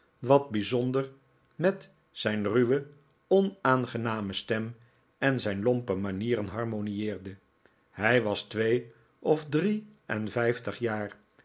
wat bijzonder met zijn ruwe onaangename stem en zijn lompe manieren harmonieerde hij was twee of drie en vijftig jaar